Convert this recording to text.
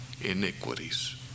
iniquities